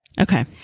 okay